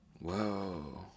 Whoa